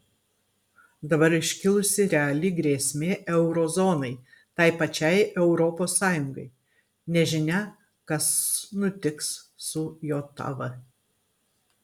dabar iškilusi reali grėsmė euro zonai tai pačiai europos sąjungai nežinia kas nutiks su jav